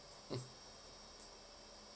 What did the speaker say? mm